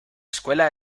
escuela